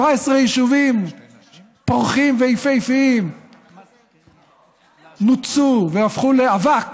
17 יישובים פורחים ויפהפיים נותצו והפכו לאבק,